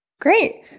Great